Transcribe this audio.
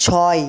ছয়